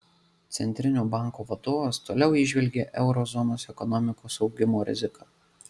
centrinio banko vadovas toliau įžvelgia euro zonos ekonomikos augimo riziką